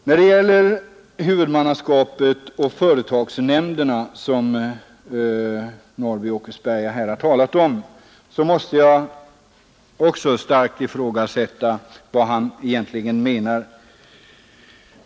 När det gäller företagsnämnderna och huvudmannaskapet, som herr Norrby i Åkersberga också talade om, måste jag ifrågasätta vad han egentligen menar.